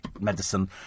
medicine